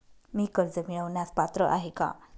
मी कर्ज मिळवण्यास पात्र आहे का?